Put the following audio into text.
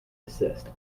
desist